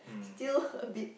still a bit